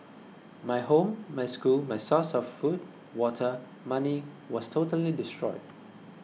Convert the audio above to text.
my home my school my source of food water money was totally destroyed